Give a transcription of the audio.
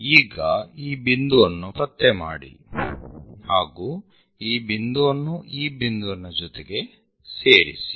ಈಗ ಈ ಬಿಂದುವನ್ನು ಪತ್ತೆ ಮಾಡಿ ಹಾಗೂ ಈ ಬಿಂದುವನ್ನು ಈ ಬಿಂದುವಿನ ಜೊತೆ ಸೇರಿಸಿ